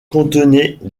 contenaient